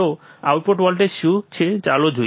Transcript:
તો output voltage શું છે ચાલો જોઈએ